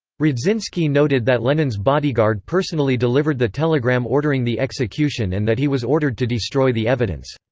radzinsky noted that lenin's bodyguard personally delivered the telegram ordering the execution and that he was ordered to destroy the evidence.